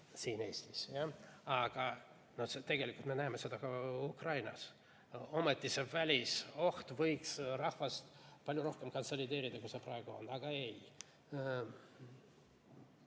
siin Eestis. Tegelikult me näeme seda ka Ukrainas. Ometi see välisoht võiks rahvast palju rohkem konsolideerida, kui see praegu on, aga ei,